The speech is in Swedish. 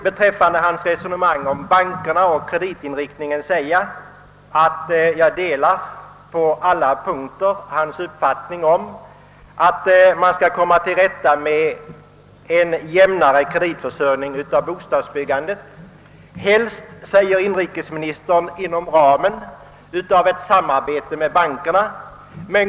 Beträffande hans resonemang om bankerna och kreditinriktningen delar jag på alla punkter hans uppfattning, att man måste få till stånd en jämnare kreditförsörjning åt bostadsbyggandet — helst, säger inrikesministern, inom ramen för ett samarbete med bankerna.